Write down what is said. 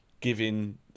giving